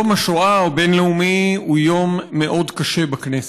יום השואה הבין-לאומי הוא יום מאוד קשה בכנסת.